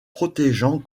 protégeant